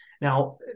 Now